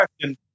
question